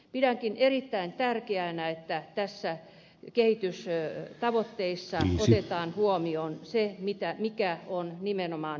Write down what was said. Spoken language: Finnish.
pidänkin erittäin tärkeänä että näissä kehitystavoitteissa otetaan huomioon se mikä on nimenomaan uhrin asema